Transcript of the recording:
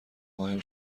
قایم